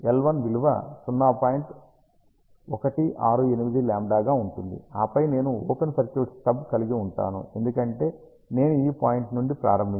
168 λ గా ఉంటుంది ఆపై నేను ఓపెన్ సర్క్యూట్ స్టబ్ కలిగి ఉంటాను ఎందుకంటే నేను ఈ పాయింట్ నుండి ప్రారంభించాను